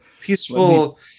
Peaceful